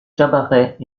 cabarets